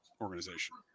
organization